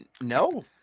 no